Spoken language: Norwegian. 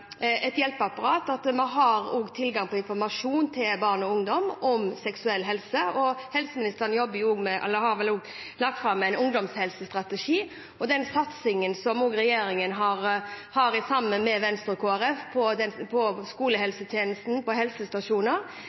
et hjelpeapparat, og at barn og ungdom har tilgang på informasjon om seksuell helse. Helseministeren har lagt fram en ungdomshelsestrategi. Og den satsingen som regjeringen, sammen med Venstre og Kristelig Folkeparti, har hatt på skolehelsetjenesten, på helsestasjoner,